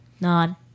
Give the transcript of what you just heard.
Nod